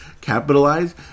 Capitalize